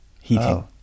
heating